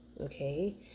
Okay